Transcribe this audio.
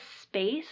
space